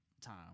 time